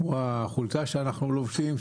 כמו החולצה שאנחנו לובשים,